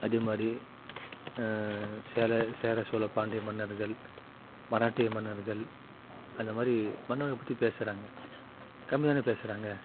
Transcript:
அதே மாதிரி சேர சோழ பாண்டிய மன்னர்கள் மராட்டிய மன்னர்கள் அந்த மாதிரி மன்னர்கள் பற்றி பேசுகிறாங்க கம்மியாக தான் பேசுகிறாங்க